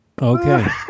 Okay